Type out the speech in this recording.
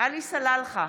עלי סלאלחה,